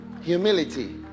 humility